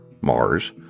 Mars